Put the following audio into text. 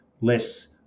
less